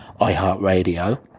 iHeartRadio